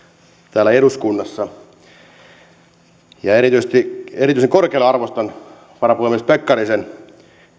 täällä eduskunnassa erityisen korkealle arvostan varapuhemies pekkarisen